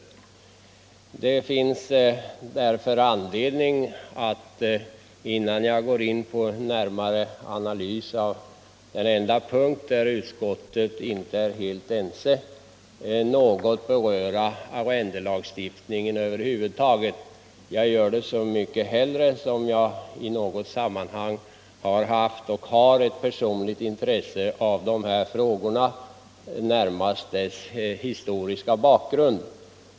Det finns därför anledning att, innan jag går in på en närmare analys av den enda punkt där utskottet inte är helt enigt, något beröra arrendelagstiftningen över huvud taget. Jag gör det så mycket hellre som jag har haft och har ett personligt intresse av dessa frågor, närmast av deras historiska bakgrund.